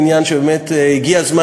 הגיע הזמן,